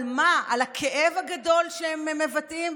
על מה, על הכאב הגדול שהם מבטאים?